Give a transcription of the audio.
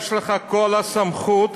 יש לך כל הסמכות,